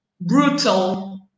brutal